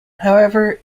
however